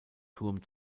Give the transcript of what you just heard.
turm